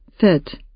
fit